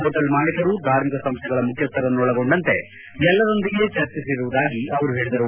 hotel ಮಾಲೀಕರು ಧಾರ್ಮಿಕ ಸಂಸ್ಥೆಗಳ ಮುಖ್ಯಸ್ಥರನ್ನು ಒಳಗೊಂಡಂತೆ ಎಲ್ಲರೊಂದಿಗೆ ಚರ್ಚಿಸಿರುವುದಾಗಿ ಅವರು ಹೇಳದರು